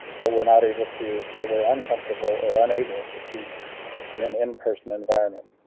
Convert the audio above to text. but we're not able to, but we're uncomfortable or unable to teach in an in person environment.